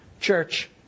Church